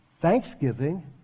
thanksgiving